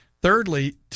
thirdly